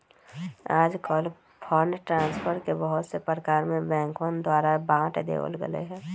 आजकल fund transfer के बहुत से प्रकार में बैंकवन द्वारा बांट देवल गैले है